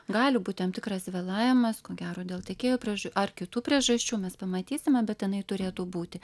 gali būt tam tikras vėlavimas ko gero dėl tiekėjo priež ar kitų priežasčių mes pamatysime bet jinai turėtų būti